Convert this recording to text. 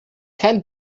kein